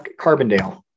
Carbondale